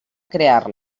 crear